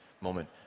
moment